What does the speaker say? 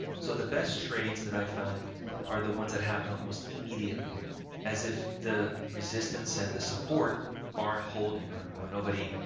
so the best trades that i find are the ones that happen almost immediately as if the resistance and the support aren't holding or and or nobody,